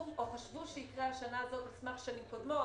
או חשבו שיקרה השנה הזאת על סמך שנים קודמות,